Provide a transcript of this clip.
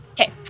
Okay